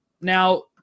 Now